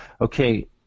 okay